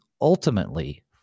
ultimately